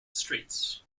streets